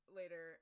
later